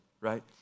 right